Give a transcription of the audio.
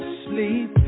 sleep